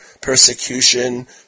persecution